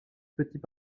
petits